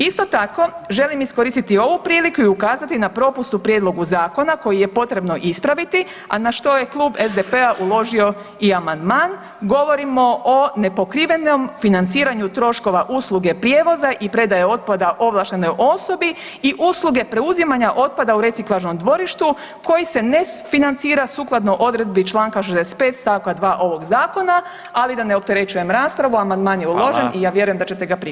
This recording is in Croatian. Isto tako, želim iskoristiti ovu priliku i ukazati na propust u prijedlogu Zakona koji je potrebno ispraviti, a na što je Klub SDP-a uložio i amandman, govorim o nepokrivenom financiranju troškova usluge prijevoza i predaje otpada ovlaštenoj osobi i usluge preuzimanja otpada u reciklažnom dvorištu, koji se ne financira sukladno odredbi čl. 65 st. 2 ovog Zakona, ali da ne opterećujem raspravu, amandman je uložen i ja vjerujem da ćete ga prihvatiti.